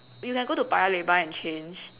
we can go to paya lebar and change